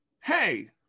hey